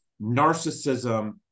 narcissism